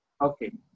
Okay